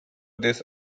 these